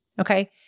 Okay